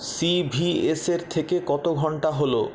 C ভি এসের থেকে কতো ঘন্টা হলো